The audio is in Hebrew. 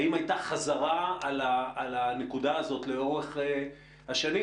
האם הייתה חזרה על הנקודה הזאת לאורך השנים,